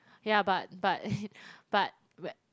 ya but but but whe~